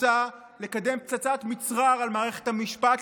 רוצה לקדם פצצת מצרר על מערכת המשפט,